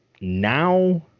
now